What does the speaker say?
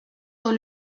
dans